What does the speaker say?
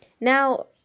now